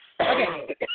Okay